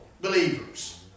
believers